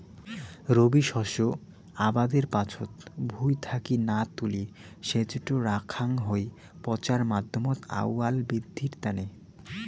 রবি শস্য আবাদের পাচত ভুঁই থাকি না তুলি সেজটো রাখাং হই পচার মাধ্যমত আউয়াল বিদ্ধির তানে